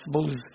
suppose